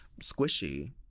squishy